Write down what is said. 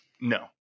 No